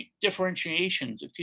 differentiations